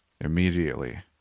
Immediately